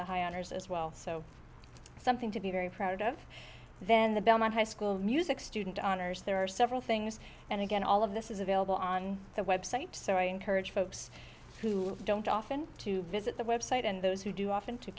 the high honors as well so it's something to be very proud of then the belmont high school music student honors there are several things and again all of this is available on the website so i encourage folks who don't often to visit the website and those who do often to